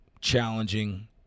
challenging